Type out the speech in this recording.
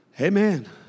Amen